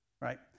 right